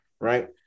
right